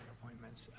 appointments.